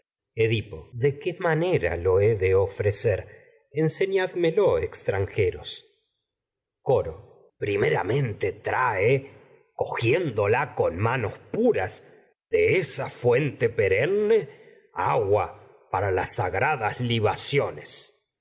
edipo de qué manera lo he de ofrecer enseñád melo extranjeros coro primeramente trae cogiéndola con manos puras de esa fuente perenne agua para las sagradas libaciones